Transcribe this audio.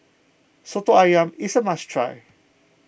Soto Ayam is a must try